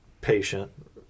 patient